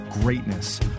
greatness